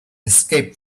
escaped